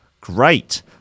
Great